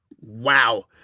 wow